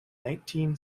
nineteen